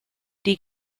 die